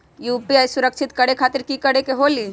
UPI सुरक्षित करे खातिर कि करे के होलि?